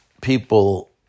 people